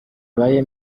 ibaye